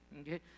okay